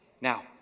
Now